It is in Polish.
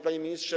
Panie Ministrze!